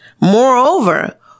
Moreover